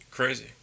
Crazy